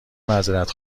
معذرت